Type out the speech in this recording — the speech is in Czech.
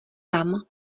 tam